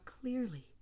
clearly